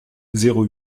zéro